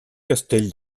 castell